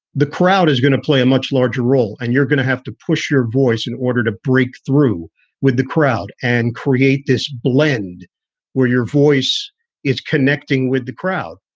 the crowd is going to play a much larger role and you're gonna have to push your voice in order to break through with the crowd and create this blend where your voice is connecting with the crowd.